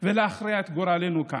ולהכריע את גורלנו כאן.